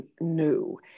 new